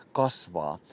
kasvaa